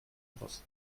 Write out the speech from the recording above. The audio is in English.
boss